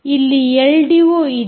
ಇಲ್ಲಿ ಎಲ್ಡಿಓ ಇದೆ